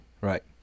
right